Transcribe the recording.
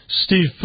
Steve